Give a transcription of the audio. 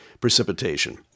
precipitation